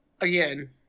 again